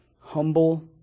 Humble